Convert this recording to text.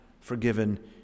forgiven